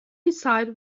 decide